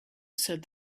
said